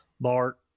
Bart